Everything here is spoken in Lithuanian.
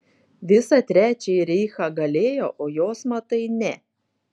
visą trečiąjį reichą galėjo o jos matai ne